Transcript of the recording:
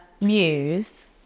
muse